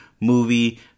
movie